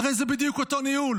הרי זה בדיוק אותו ניהול,